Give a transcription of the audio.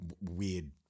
weird